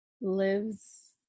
lives